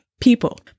people